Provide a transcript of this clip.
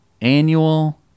annual